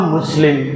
Muslim